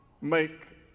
make